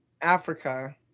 Africa